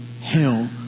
hell